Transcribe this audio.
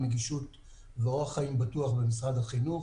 נגישות ואורח חיים בטוח במשרד החינוך.